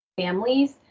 families